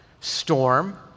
storm